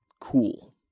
cool